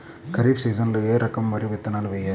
ఖరీఫ్ సీజన్లో ఏ రకం వరి విత్తనాలు వేయాలి?